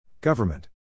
Government